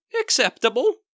acceptable